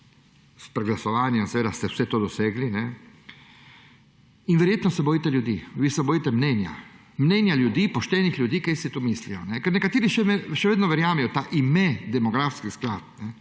S preglasovanjem ste seveda vse to dosegli. In verjetno se bojite ljudi. Vi ste bojite mnenja ljudi, poštenih ljudi, kaj si mislijo. Ker nekateri še vedno verjamejo temu imenu, demografski sklad.